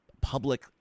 public